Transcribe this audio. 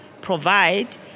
provide